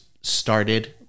started